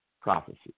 prophecy